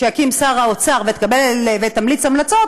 שיקים שר האוצר ותמליץ המלצות,